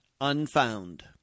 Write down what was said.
Unfound